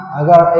agar